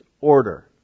order